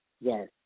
Yes